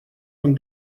von